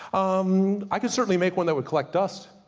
um i can certainly make one that would collect dust.